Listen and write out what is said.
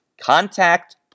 contact